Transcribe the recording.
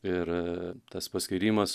ir tas paskyrimas